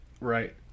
Right